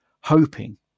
hoping